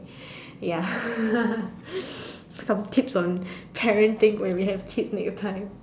ya some tips on parenting when we have kids next time